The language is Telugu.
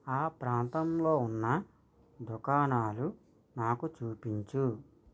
ఆ ప్రాంతంలో ఉన్న దుకాణాలు నాకు చూపించు